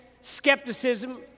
skepticism